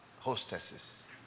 hostesses